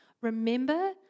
Remember